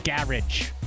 garage